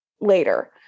later